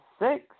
six